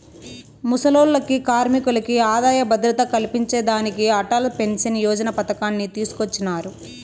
ముసలోల్లకి, కార్మికులకి ఆదాయ భద్రత కల్పించేదానికి అటల్ పెన్సన్ యోజన పతకాన్ని తీసుకొచ్చినారు